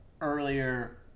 earlier